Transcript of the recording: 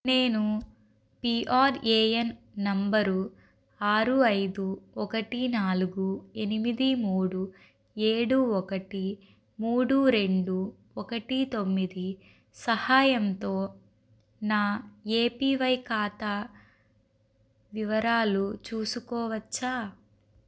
నేను PRAN number ఆరు ఐదు ఒకటి నాలుగు ఎనిమిది మూడు ఏడు ఒకటి మూడు రెండు ఒకటి తొమ్మిది సహాయంతో నా ఏపీవై ఖాతా వివరాలు చూసుకోవచ్చా